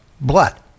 blood